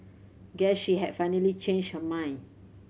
guess she had finally changed her mind